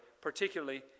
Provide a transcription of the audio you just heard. particularly